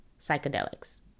psychedelics